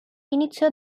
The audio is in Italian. iniziò